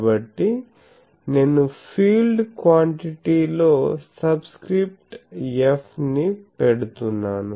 కాబట్టి నేను field quantity లో సబ్స్క్రిప్ట్ F ని పెడుతున్నాను